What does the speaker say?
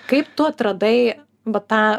kaip tu atradai va tą